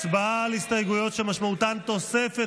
הצבעה על הסתייגויות שמשמעותן תוספת